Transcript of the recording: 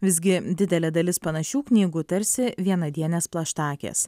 visgi didelė dalis panašių knygų tarsi vienadienės plaštakės